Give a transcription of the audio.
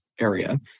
area